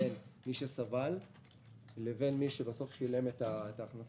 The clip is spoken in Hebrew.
בין מי שסבל לבין מי שבסוף שילם את ההכנסות.